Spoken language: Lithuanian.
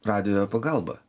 radijo pagalba